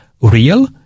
real